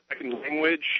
language